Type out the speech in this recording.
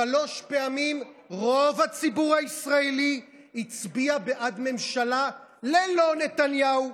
שלוש פעמים רוב הציבור הישראלי הצביע בעד ממשלה ללא נתניהו.